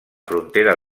frontera